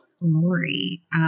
Lori